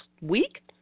week